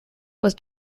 was